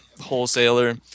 wholesaler